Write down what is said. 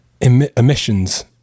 emissions